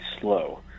slow